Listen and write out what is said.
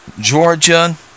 Georgia